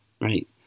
right